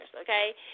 okay